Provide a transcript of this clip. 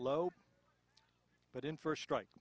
low but in first strike